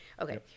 Okay